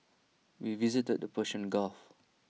we visited the Persian gulf